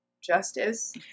Justice